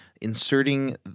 inserting